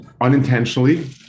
unintentionally